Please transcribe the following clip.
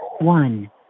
one